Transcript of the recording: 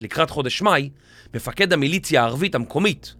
לקראת חודש מאי, מפקד המיליציה הערבית המקומית